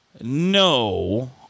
No